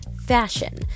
fashion